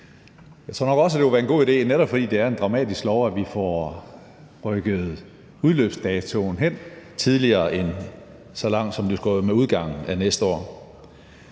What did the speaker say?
Jeg tror nok også, det ville være en god idé, netop fordi det er en dramatisk lov, at vi får rykket udløbsdatoen hen tidligere og tidligere end med udgangen af næste år.